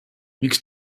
miks